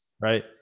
right